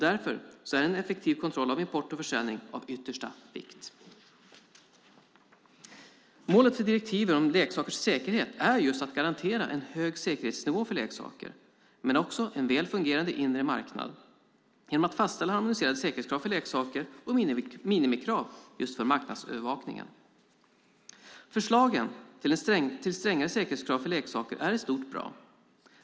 Därför är en effektiv kontroll av import och försäljning av yttersta vikt. Målet för direktivet om leksakers säkerhet är just att garantera en hög säkerhetsnivå för leksaker och en väl fungerande inre marknad genom att fastställa harmoniserade säkerhetskrav för leksaker och minimikrav för marknadsövervakning. Förslagen till strängare säkerhetskrav för leksaker är i stort bra.